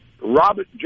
Robert